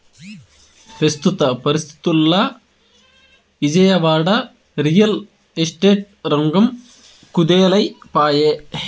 పెస్తుత పరిస్తితుల్ల Vijayawada, real estate రంగం కుదేలై పాయె